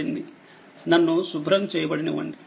నన్ను శుభ్రం చేయనివ్వండి